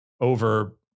over